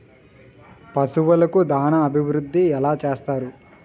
పశువులకు దాన అభివృద్ధి ఎలా చేస్తారు?